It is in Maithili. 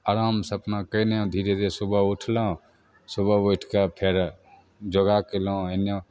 आराम से अपना कैने धीरे धीरे सुबह उठलहुॅं सुबह उठिके फेर योगा कयलहुॅं इन्ने